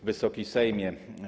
Wysoki Sejmie!